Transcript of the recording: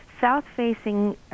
south-facing